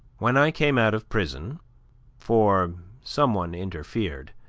when i came out of prison for some one interfered,